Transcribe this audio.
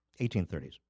1830s